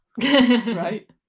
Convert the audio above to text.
Right